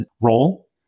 role